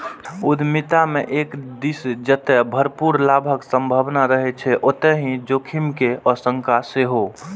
उद्यमिता मे एक दिस जतय भरपूर लाभक संभावना रहै छै, ओतहि जोखिम के आशंका सेहो